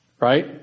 right